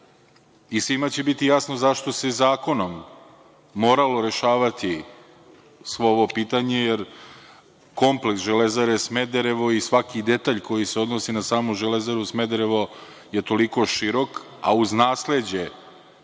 i svima će biti jasno zašto se zakonom moralo rešavati ovo pitanje, jer kompleks „Železare Smederevo“ i svaki detalj koji se odnosi na samu „Železaru Smederevo“ je toliko širok, a uz nasleđe